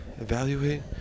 evaluate